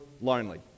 lonely